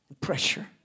Pressure